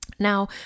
Now